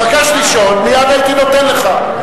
תבקש לשאול, מייד הייתי נותן לך.